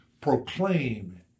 Proclaim